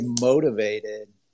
motivated